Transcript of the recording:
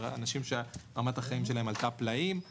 ויש אנשים שרמת החיים שלהם עלתה פלאים.